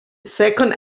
second